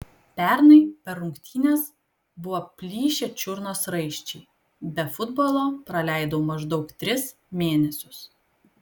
pernai per rungtynes buvo plyšę čiurnos raiščiai be futbolo praleidau maždaug tris mėnesius